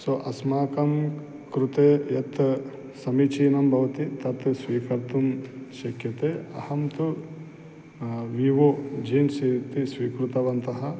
सो अस्माकं कृते यत् समीचीनं भवति तत् स्वीकर्तुं शक्यते अहं तु विवो जिन्स् इति स्वीकृतवान्